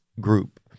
group